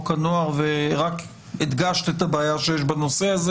הנוער ורק הדגשת את הבעיה שיש בנושא הזה